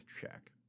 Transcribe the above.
check